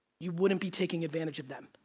you wouldn't be taking advantage of them.